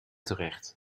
terecht